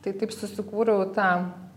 tai taip susikūriau tą